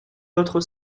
votre